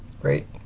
Great